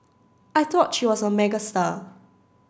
I thought she was a megastar